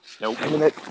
Nope